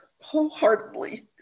wholeheartedly